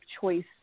choice